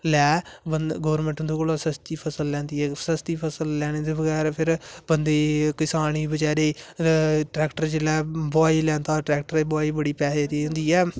लेऐ government उंदे कोला सस्ती फसल लेंदी ऐ सस्ती फसल लेने दे बगैर बंदे किसान गी बचारे गी ट्रेक्टर जिसले बुहाई लेंदा ट्रेक्टरा दी बुआई बड़ी पैसे दी होंदी ऐ